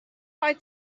why